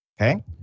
Okay